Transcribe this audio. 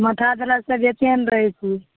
मथा दरदसे बेचैन रहै छी